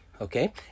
okay